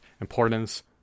importance